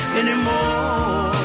anymore